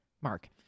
Mark